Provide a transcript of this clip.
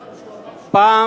כתוב בעיתון שהוא אמר, פעם